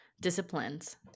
disciplines